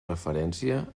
referència